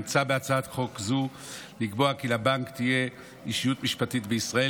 מוצע בהצעת חוק זו לקבוע כי לבנק תהיה אישיות משפטית בישראל.